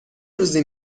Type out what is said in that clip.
روزی